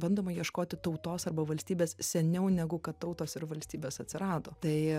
bandoma ieškoti tautos arba valstybės seniau negu kad tautos ir valstybės atsirado tai